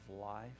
life